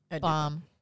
Bomb